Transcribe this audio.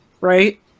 right